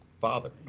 father